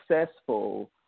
successful